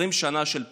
20 שנה של פריחה,